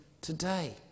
today